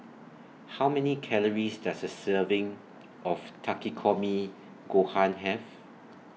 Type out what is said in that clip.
How Many Calories Does A Serving of Takikomi Gohan Have